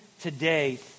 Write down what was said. today